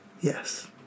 Yes